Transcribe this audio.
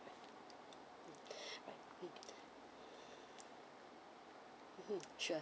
mm mmhmm sure